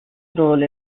role